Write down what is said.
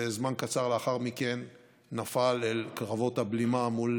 וזמן קצר לאחר מכן נפל אל קרבות הבלימה מול